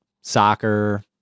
soccer